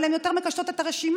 אבל הן יותר מקשטות את הרשימה,